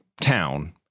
town